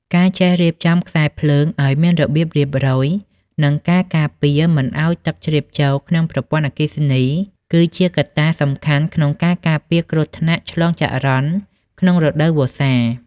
ការចេះរៀបចំខ្សែភ្លើងឱ្យមានរបៀបរៀបរយ និងការការពារមិនឱ្យទឹកជ្រាបចូលក្នុងប្រព័ន្ធអគ្គិសនី គឺជាកត្តាសំខាន់ក្នុងការការពារគ្រោះថ្នាក់ឆ្លងចរន្តក្នុងរដូវវស្សា។